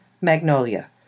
Magnolia